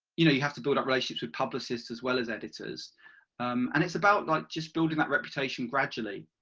you know you have to build up relationships with publicists as well as editors and it's about like just building that reputation gradually.